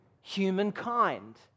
humankind